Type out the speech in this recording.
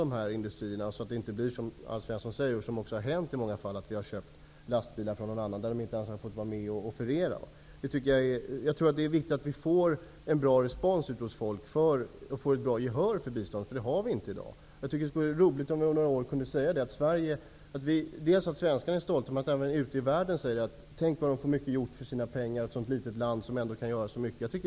Det får inte bli så som i tidigare fall, som Alf Svensson nämner, att vi har köpt lastbilar från någon annan och att svenska företag inte ens har fått vara med och lämna offerter. Det är viktigt att vi får respons ute hos folk och får gehör för biståndet. Det har vi inte i dag. Det skulle vara roligt om vi om några år kunde säga att svenskarna är stolta och om man ute i världen skulle säga: Tänk vad de får mycket gjort för sina pengar, ett så litet land som ändå kan göra så mycket.